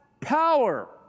power